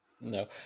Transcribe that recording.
No